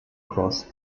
cross